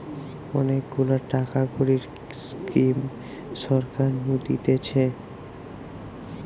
অনেক গুলা টাকা কড়ির স্কিম সরকার নু দিতেছে